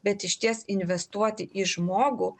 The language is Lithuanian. bet išties investuoti į žmogų